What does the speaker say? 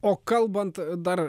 o kalbant dar